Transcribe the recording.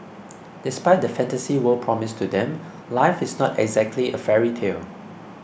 despite the fantasy world promised to them life is not exactly a fairy tale